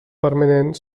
permanent